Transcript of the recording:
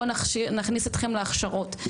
בוא נכניס אתכם להכשרות.